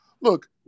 look